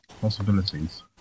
possibilities